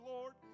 Lord